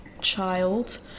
child